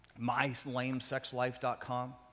MyLameSexLife.com